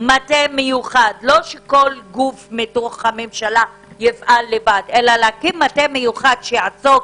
מטה מיוחד לא שכל גוף מהממשלה יפעל לבד אלא להקים מטה מיוחד שיעסוק